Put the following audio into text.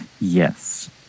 Yes